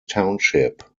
township